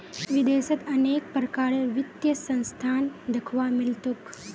विदेशत अनेक प्रकारेर वित्तीय संस्थान दख्वा मिल तोक